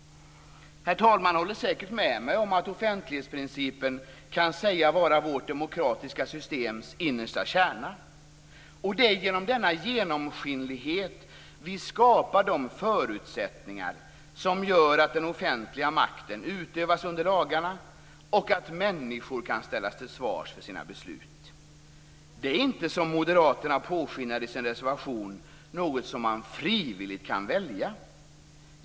Herr talman håller säkert med mig om att offentlighetsprincipen kan sägas vara vårt demokratiska systems innersta kärna. Det är genom denna genomskinlighet vi skapar de förutsättningar som gör att den offentliga makten utövas under lagarna och att människor kan ställas till svars för sina beslut. Det är inte, som Moderaterna låter påskina i sin reservation, något som man frivilligt kan välja.